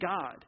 God